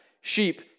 sheep